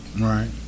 Right